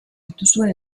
dituzue